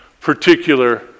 particular